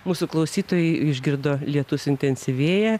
mūsų klausytojai išgirdo lietus intensyvėja